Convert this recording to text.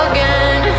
Again